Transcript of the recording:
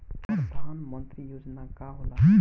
परधान मंतरी योजना का होला?